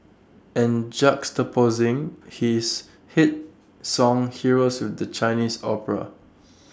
and juxtaposing his hit song heroes with the Chinese opera